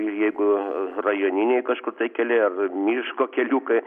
jeigu rajoniniai kažkur tai keliai ar miško keliukai